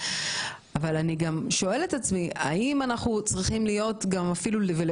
אני שואלת את עצמי האם אנחנו צריכים לעודד,